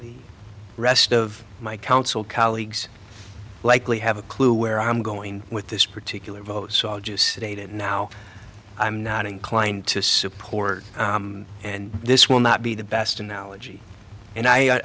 the rest of my council colleagues likely have a clue where i'm going with this particular vote so i'll just state it now i'm not inclined to support and this will not be the best analogy and i